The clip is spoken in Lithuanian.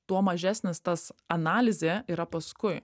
tuo mažesnis tas analizė yra paskui